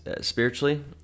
spiritually